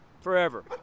forever